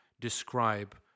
describe